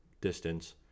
distance